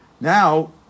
Now